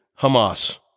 Hamas